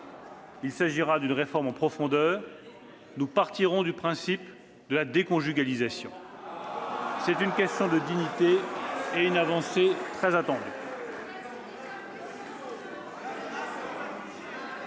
Il s'agira d'une réforme en profondeur. Nous partirons du principe de la déconjugalisation. C'est une question de dignité et une avancée très attendue.